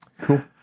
Cool